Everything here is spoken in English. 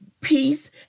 Peace